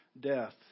death